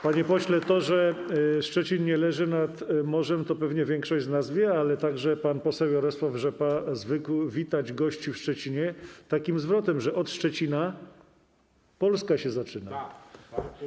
Panie pośle, to, że Szczecin nie leży nad morzem, to pewnie większość z nas wie, ale chcę powiedzieć, że pan poseł Jarosław Rzepa zwykł witać gości w Szczecinie takim zwrotem, że od Szczecina Polska się zaczyna.